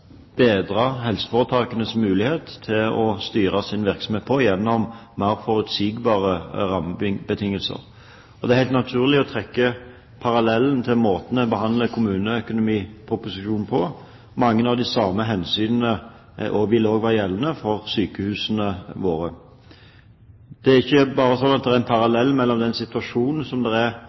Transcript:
bedre helseforetakenes mulighet til å styre sin virksomhet på gjennom mer forutsigbare rammebetingelser. Det er helt naturlig å trekke parallellen til måten en behandler kommuneproposisjonen på. Mange av de samme hensynene vil også være gjeldende for sykehusene våre. Det er ikke bare slik at det er en parallell mellom den situasjonen som er